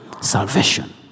salvation